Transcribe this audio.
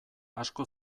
asko